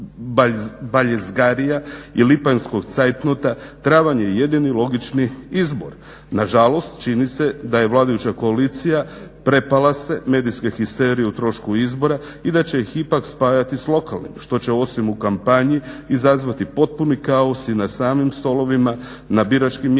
i lipanjskog cajtnota travanj je jedini logični izbor. Nažalost čini se da je vladajuća koalicija prepala se medijske histerije o trošku izbora i da će ih ipak spajati s lokalnim što će osim u kampanji izazvati potpuni kaos i na samim stolovima na biračkim mjestima.